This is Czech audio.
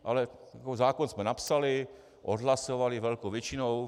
Ale zákon jsme napsali, odhlasovali velkou většinou.